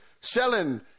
Selling